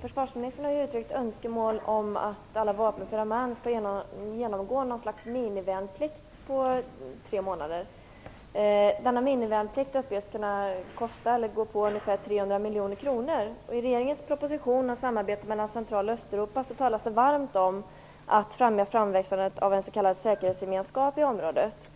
Försvarsministern har uttryckt önskemål om att alla vapenföra män skall genomgå något slags minivärnplikt på tre månader. Denna minivärnplikt uppges kunna gå på ungefär 300 miljoner kronor. I regeringens proposition om samarbete med Central och Östeuropa talas varmt om framväxandet av en s.k. säkerhetsgemenskap i området.